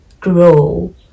grow